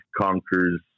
conquers